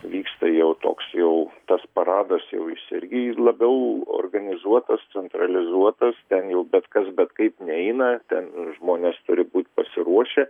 vyksta jau toks jau tas paradas jau jis irgi labiau organizuotas centralizuotas ten jau bet kas bet kaip neina ten žmonės turi būt pasiruošę